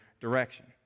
direction